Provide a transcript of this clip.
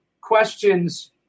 questions